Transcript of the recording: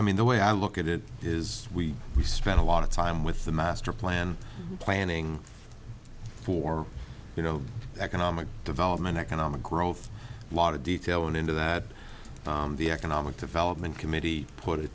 i mean the way i look at it is we spend a lot of time with the master plan planning for you know economic development economic growth a lot of detail into that the economic development committee put a